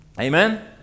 Amen